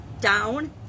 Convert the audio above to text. down